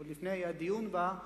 עוד לפני הדיון בה,